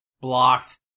Blocked